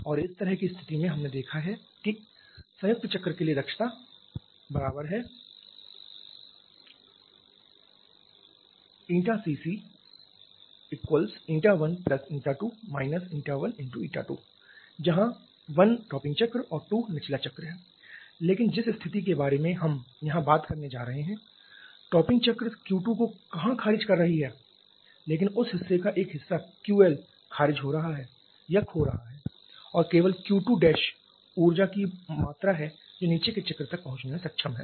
और इस तरह की स्थिति में हमने देखा है कि संयुक्त चक्र के लिए दक्षता बराबर है CC12 12 जहां 1 टॉपिंग चक्र और 2 निचला चक्र है लेकिन जिस स्थिति के बारे में हम यहां बात करने जा रहे हैंटॉपिंग चक्र Q2 को कहां खारिज कर रही है लेकिन उस हिस्से का एक हिस्सा QL खारिज हो रहा है या खो रहा है और केवल Q2 ऊर्जा की मात्रा है जो नीचे के चक्र तक पहुंचने में सक्षम है